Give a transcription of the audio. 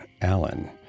Alan